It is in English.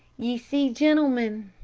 ye see, gentlemen,